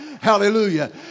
hallelujah